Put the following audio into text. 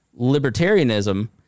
libertarianism